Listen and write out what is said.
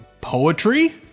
poetry